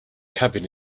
cabin